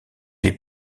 est